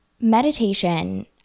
meditation